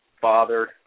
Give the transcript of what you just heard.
father